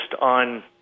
on